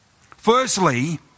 Firstly